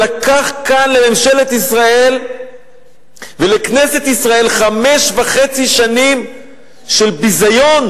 ולקח כאן לממשלת ישראל ולכנסת ישראל חמש שנים וחצי של ביזיון,